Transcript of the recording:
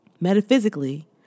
Metaphysically